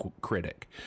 critic